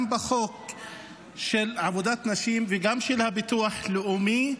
גם בחוק עבודת נשים וגם בזה של ביטוח לאומי,